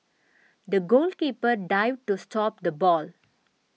the goalkeeper dived to stop the ball